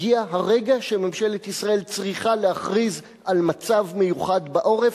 הגיע הרגע שממשלת ישראל צריכה להכריז על "מצב מיוחד בעורף"